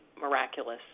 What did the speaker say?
miraculous